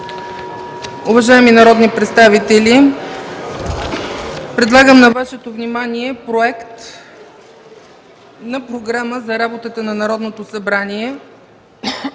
Уважаеми народни представители, предлагам на Вашето внимание Проект на програма за работата на Народното събрание